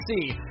see